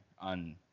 on